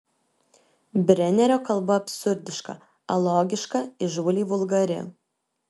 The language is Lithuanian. brenerio kalba absurdiška alogiška įžūliai vulgari